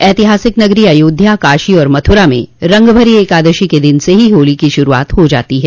ऐतिहासिक नगरी अयोध्या काशी और मथुरा में रंगभरी एकादशी के दिन से ही होली की शुरूआत हो जाती है